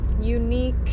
unique